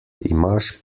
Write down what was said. imaš